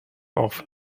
auf